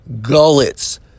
gullets